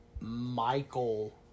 Michael